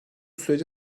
süreci